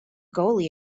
goalie